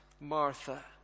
Martha